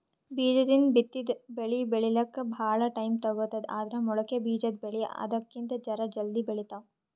ಬೀಜದಿಂದ್ ಬಿತ್ತಿದ್ ಬೆಳಿ ಬೆಳಿಲಿಕ್ಕ್ ಭಾಳ್ ಟೈಮ್ ತಗೋತದ್ ಆದ್ರ್ ಮೊಳಕೆ ಬಿಜಾದ್ ಬೆಳಿ ಅದಕ್ಕಿಂತ್ ಜರ ಜಲ್ದಿ ಬೆಳಿತಾವ್